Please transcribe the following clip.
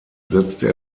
setzte